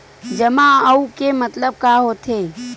जमा आऊ के मतलब का होथे?